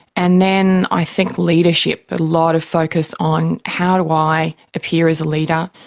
and then i think leadership, a lot of focus on how do i appear as a leader,